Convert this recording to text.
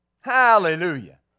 Hallelujah